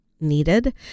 needed